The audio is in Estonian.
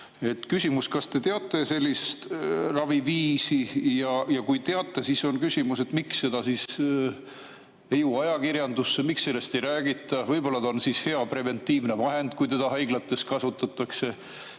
Küsimus: kas te teate sellist raviviisi, ja kui teate, siis miks see ei jõua ajakirjandusse, miks sellest ei räägita? Võib-olla on see hea preventiivne vahend, kui teda haiglates kasutatakse,